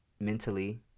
mentally